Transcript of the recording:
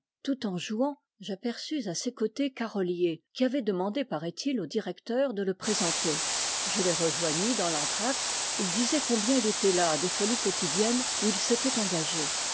tout en jouant j'aperçus à ses côtés carolyié qui avait demandé paraît-il au directeur de le présenter je les rejoignis dans l'entr'acte il disait combien il était las des folies quotidiennes où il s'était engagé